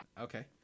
okay